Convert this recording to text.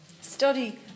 study